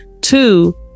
Two